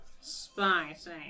spicy